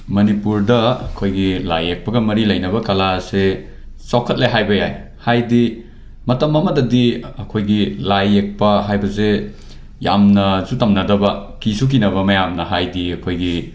ꯃꯅꯤꯄꯨꯔꯗ ꯑꯩꯈꯣꯏꯒꯤ ꯂꯥꯏ ꯌꯦꯛꯄꯒ ꯃꯔꯤ ꯂꯩꯅꯕ ꯀꯂꯥ ꯑꯁꯤ ꯆꯥꯎꯈꯠꯂꯦ ꯍꯥꯏꯕ ꯌꯥꯏ ꯍꯥꯏꯗꯤ ꯃꯇꯝ ꯑꯃꯗꯗꯤ ꯑꯩꯈꯣꯏꯒꯤ ꯂꯥꯏ ꯌꯦꯛꯄ ꯍꯥꯏꯕꯁꯦ ꯌꯥꯝꯅꯁꯨ ꯇꯝꯅꯗꯕ ꯀꯤꯁꯨ ꯀꯤꯅꯕ ꯃꯌꯥꯝꯅ ꯍꯥꯏꯗꯤ ꯑꯩꯈꯣꯏꯒꯤ